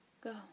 go